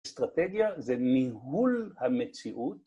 ‫האסטרטגיה זה ניהול המציאות.